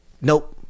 Nope